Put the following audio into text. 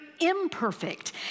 imperfect